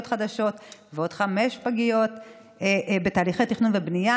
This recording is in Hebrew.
חדשות ועוד חמש פגיות בתהליכי תכנון ובנייה,